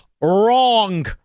wrong